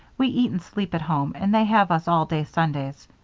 we eat and sleep at home and they have us all day sundays.